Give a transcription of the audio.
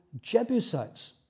Jebusites